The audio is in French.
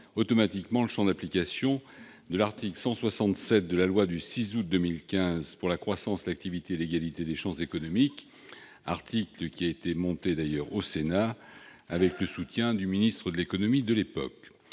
automatiquement le champ d'application de l'article 167 de la loi du 6 août 2015 pour la croissance, l'activité et l'égalité des chances économiques, article d'ailleurs élaboré au Sénat, avec le soutien du ministre de l'économie de l'époque.